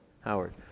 Howard